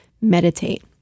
Meditate